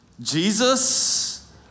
Jesus